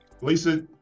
Lisa